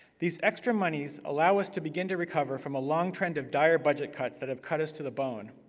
these extra monies allow us to begin to recover from a long trend of dire budget cuts that have cut us to the bone.